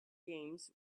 games